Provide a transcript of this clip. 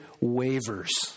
wavers